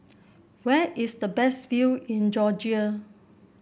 where is the best view in Georgia